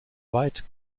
weit